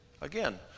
Again